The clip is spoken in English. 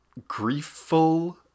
griefful